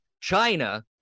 China